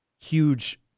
huge